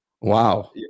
wow